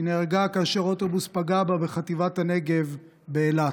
היא נהרגה כאשר אוטובוס פגע בה בחטיבת הנגב באילת.